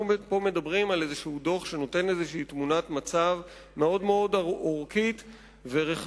אנחנו פה מדברים על איזה דוח שנותן תמונת מצב מאוד מאוד אורכית ורחבה,